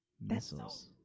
missiles